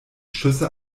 schüsse